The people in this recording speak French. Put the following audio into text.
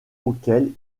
auxquels